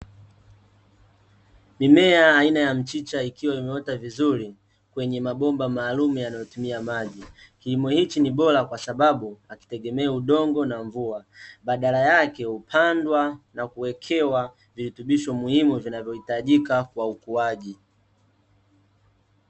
Mimea aina ya mchicha, ikiwa imeota vizuri, kwenye mabomba maalumu yanayotumia maji. Kilimo hichi ni bora, kwasababu hakitegemei udongo na mvua, badala yake hupandwa na kuwekewa virutubisho muhimu, vinavyohitajika kwa ukuaji.